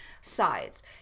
sides